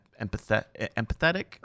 empathetic